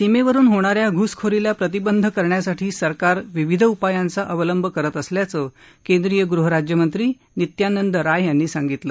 सीमेवरुन होणा या घुसखोरीला प्रतिबंध करण्यासाठी सरकार विविध उपायांचा अवलंब करत असल्याचं केंद्रीय गृहराज्यमंत्री नित्यानंद राय यांनी सांगितलं